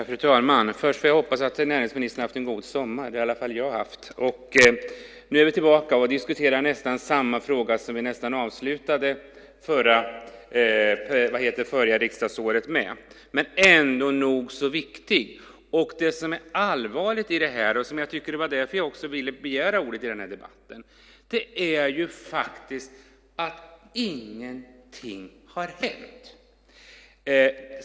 Fru talman! Jag hoppas att näringsministern har haft en god sommar. Det har i alla fall jag haft. Nu är vi tillbaka och diskuterar nästan samma fråga som vi avslutade förra riksdagsåret med. Den är ändå nog så viktig. Det som är allvarligt i det här - det var därför jag ville begära ordet i den här debatten - är att ingenting har hänt.